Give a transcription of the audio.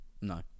no